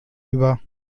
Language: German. über